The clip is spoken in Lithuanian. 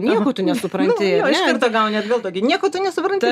nieko tu nesupranti ir iš karto gauni atgal taigi nieko tu nesupranti